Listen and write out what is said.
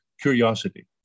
curiosity